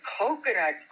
Coconut